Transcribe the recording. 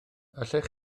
allech